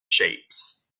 shapes